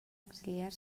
exiliar